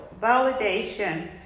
Validation